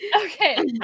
okay